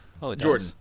Jordan